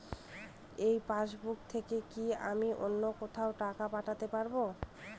এই পাসবুক থেকে কি আমি অন্য কোথাও টাকা পাঠাতে পারব?